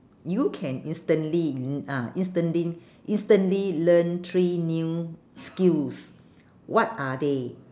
you can instantly mm ah instantly instantly learn three new skills what are they